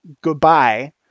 goodbye